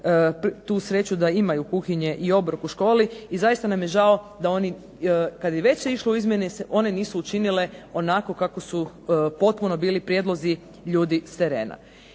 tu sreću da imaju kuhinje i obrok u školi. I jako nam je žao da kada se već išlo u izmjene se one nisu učinile onako kako su potpuno bili prijedlozi ljudi s terena.